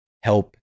help